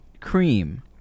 cream